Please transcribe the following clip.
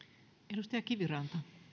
arvoisa